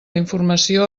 informació